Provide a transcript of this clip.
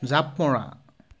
জাঁপ মৰা